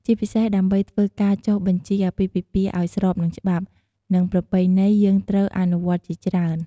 ជាពិសេសដើម្បីធ្វើការចុះបញ្ជីអាពាហ៍ពិពាហ៍ឲ្យស្របនឹងច្បាប់ និងប្រពៃណីយើងត្រូវអនុវត្តន៍ជាច្រើន។